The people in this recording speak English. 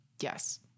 yes